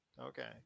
Okay